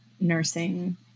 nursing